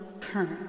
current